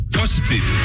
positive